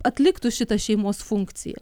atliktų šitą šeimos funkciją